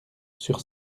sur